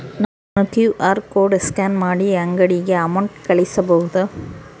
ನಾನು QR code scan ಮಾಡಿ ಅಂಗಡಿಗೆ ಅಮೌಂಟ್ ಕಳಿಸಬಹುದಾ?